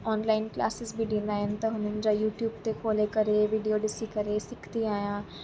online classes बि ॾींदा आहिनि त हुननि जा यूट्यूब ते खोले करे वीडियो ॾिसी करे सिखंदी आहियां